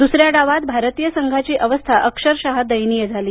दूसऱ्या डावांत भारतीय संघाची अवस्था अक्षरश दयनीय झाली